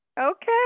Okay